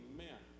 Amen